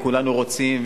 וכולנו רוצים,